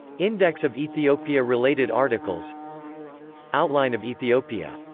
index of ethiopia-related articles outline of ethiopia